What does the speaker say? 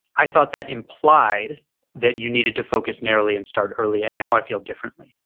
i thought that implied that you needed to focus narrowly and start early and now i feel differently.